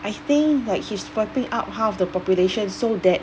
I think like he's wiping out half the population so that